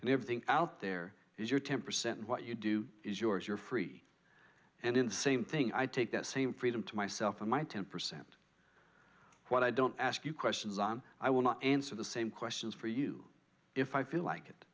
and everything out there is your ten percent what you do is yours you're free and in the same thing i take that same freedom to myself and my ten percent what i don't ask you questions on i will not answer the same questions for you if i feel like it